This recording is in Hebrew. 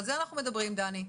על זה אנחנו מדברים, דני.